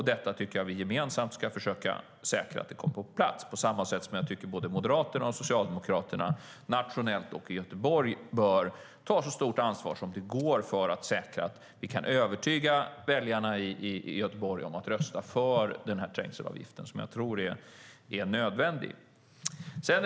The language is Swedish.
Vi ska gemensamt försöka säkra att systemet kommer på plats, på samma sätt som jag tycker att både Moderaterna och Socialdemokraterna nationellt och i Göteborg bör ta så stort ansvar som det går för att övertyga väljarna i Göteborg om att rösta för trängselavgiften, som jag tror är nödvändig.